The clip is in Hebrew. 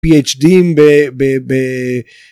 Phd ב...